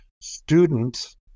students